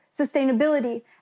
sustainability